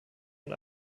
und